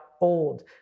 old